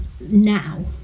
now